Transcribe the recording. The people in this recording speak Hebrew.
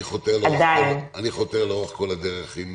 אני חותר לאורך כל הדרך עם